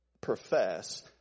profess